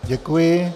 Děkuji.